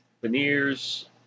Veneers